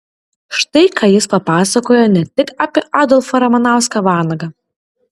štai ką jis papasakojo ne tik apie adolfą ramanauską vanagą